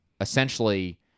essentially